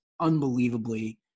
unbelievably